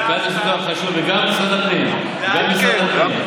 וגם משרד הפנים, גם משרד הפנים.